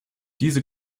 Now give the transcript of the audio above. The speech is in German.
diese